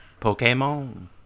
Pokemon